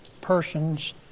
persons